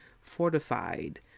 fortified